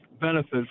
benefit